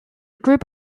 group